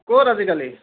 ক'ত আজিকালি